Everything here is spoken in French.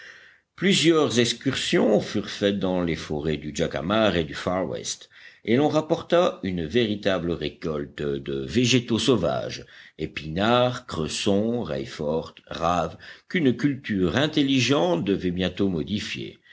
plusieurs excursions furent faites dans les forêts du jacamar et du far west et l'on rapporta une véritable récolte de végétaux sauvages épinards cresson raifort raves qu'une culture intelligente devait bientôt modifier